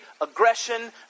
aggression